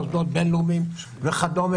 מוסדות בין-לאומיים וכדומה,